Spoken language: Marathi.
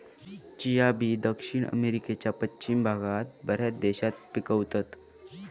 चिया बी दक्षिण अमेरिकेच्या पश्चिम भागात बऱ्याच देशात पिकवतत